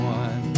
one